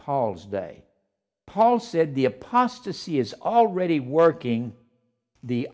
paul's day paul said the apostasy is already working the